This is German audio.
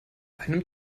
einem